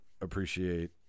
appreciate